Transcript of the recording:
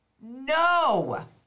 No